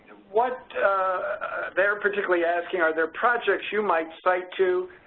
what they're particularly asking are there projects you might cite to,